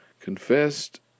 confessed